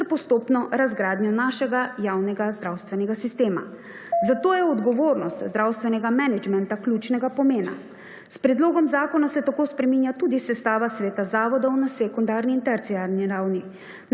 ter postopno razgradnjo našega javnega zdravstvenega sistema. Zato je odgovornost zdravstvenega menedžmenta ključnega pomena. S predlogom zakona se tako spreminja tudi sestava sveta zavodov na sekundarni in terciarni ravni.